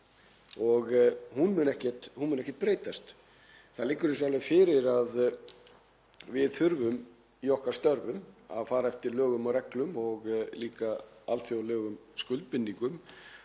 og hún mun ekkert breytast. Það liggur hins vegar alveg fyrir að við þurfum í okkar störfum að fara eftir lögum og reglum og líka alþjóðlegum skuldbindingum